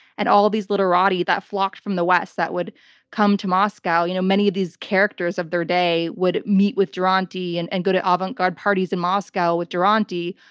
and all these literati that flocked from the west that would come to moscow, you know many of these characters of their day would meet with duranty and and go to avant garde parties in moscow with duranty,